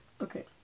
Okay